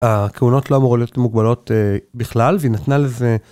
הכהונות לא אמורות להיות מוגבלות בכלל והיא נתנה לזה.